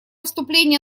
вступления